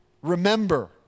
Remember